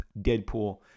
Deadpool